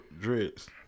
dreads